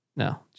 No